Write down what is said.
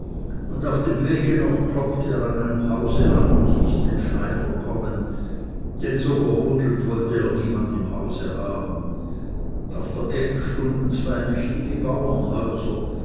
und auf dem wege noch klopfte er an einem hause an und hieß den schneider kommen denn so verhudelt wollte er niemand im hause haben auf der egg stunden zwei mächtige bauernhäuser